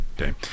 okay